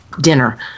dinner